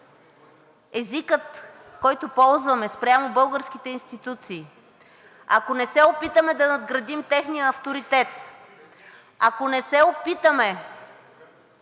езика, който ползваме спрямо българските институции, ако не се опитаме да надградим техния авторитет, ако не се опитаме